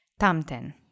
Tamten